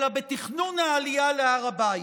אלא בתכנון העלייה להר הבית.